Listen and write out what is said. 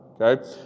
Okay